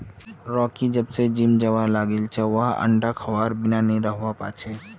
Rocky जब स gym जाबा लागिल छ वइ अंडा खबार बिनइ नी रहबा पा छै